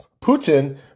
Putin